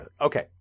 okay